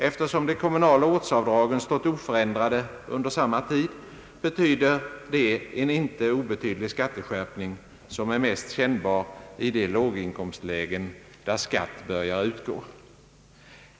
Eftersom de kommunala ortsavdragen varit oförändrade under samma tid betyder detta en inte obetydlig skatteskärpning, som är mest kännbar i de låginkomstlägen där skatt börjar utgå.